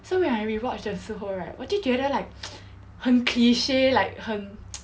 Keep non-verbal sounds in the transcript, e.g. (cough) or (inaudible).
so when I re-watched 的时候 right 我就觉得 like (noise) 很 cliche like 很 (noise)